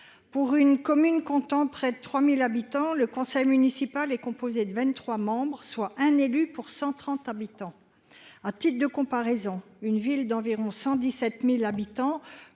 Pour une commune de près de 3 000 habitants, le conseil municipal dénombre vingt-trois membres, soit un élu pour 130 habitants. À titre de comparaison, une ville d'environ 117 000 habitants,